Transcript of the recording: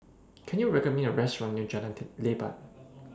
Can YOU recommend Me A Restaurant near Jalan Leban